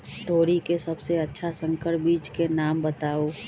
तोरी के सबसे अच्छा संकर बीज के नाम बताऊ?